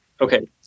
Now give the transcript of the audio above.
okay